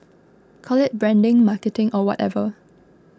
call it branding marketing or whatever